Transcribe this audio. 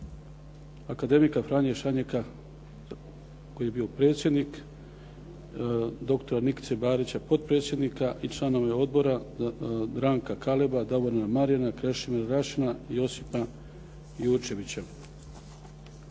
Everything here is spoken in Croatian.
akademika Franje Šanjeka koji je bio predsjednik, doktora Nikice Barića potpredsjednika i članovi odbora Ranka Kaleba, Davora Marjana, Krešimira Rašana i Josipa Jurčevića.